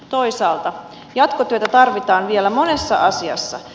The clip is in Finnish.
toisaalta jatkotyötä tarvitaan vielä monessa asiassa